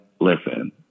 listen